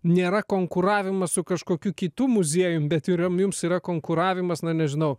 nėra konkuravimas su kažkokiu kitu muziejum bet yra jums yra konkuravimas na nežinau